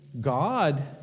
God